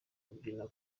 kubyina